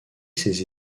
ses